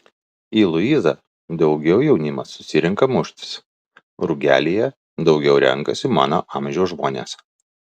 į luizą daugiau jaunimas susirenka muštis rugelyje daugiau renkasi mano amžiaus žmonės